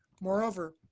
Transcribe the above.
moreover,